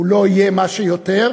הוא לא מה שיהיה עוד,